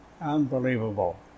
Unbelievable